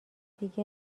دیگه